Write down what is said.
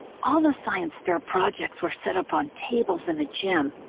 all the science-fair projects were set up on tables in the gym.